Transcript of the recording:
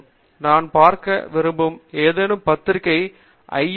இதேபோல் நாம் பார்க்க விரும்பும் ஏதேனும் பத்திரிகை ஐ